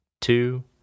two